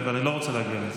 ואני לא רוצה להגיע לזה.